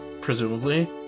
presumably